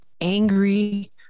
angry